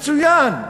מצוין.